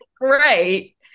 great